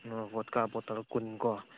ꯑꯥ ꯕꯣꯠꯀꯥ ꯕꯣꯇꯜ ꯀꯨꯟ ꯀꯣ